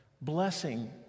blessing